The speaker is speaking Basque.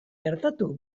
gertatu